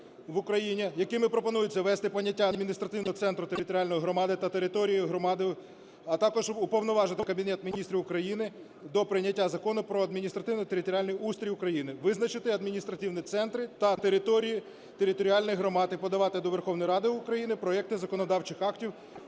самоврядування в Україні", якими пропонується ввести поняття адміністративного центру територіальної громади та територію громади. А також уповноважити Кабінет Міністрів України до прийняття Закону "Про адміністративно-територіальний устрій України", визначити адміністративні центри та території територіальних громад і подавати до Верховної Ради України проекти законодавчих актів